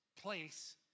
place